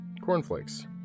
Cornflakes